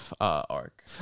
arc